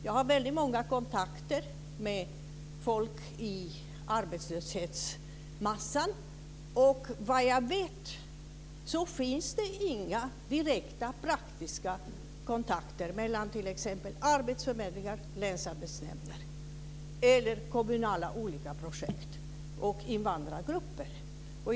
Jag har väldigt många kontakter med folk i arbetslöshetsmassan, och vad jag vet finns det inga direkta praktiska kontakter mellan arbetsförmedlingar, länsarbetsnämnder, olika kommunala projekt etc. och invandrargrupper.